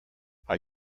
are